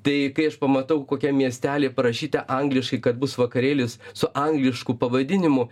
tai kai aš pamatau kokiam miestely parašyta angliškai kad bus vakarėlis su anglišku pavadinimu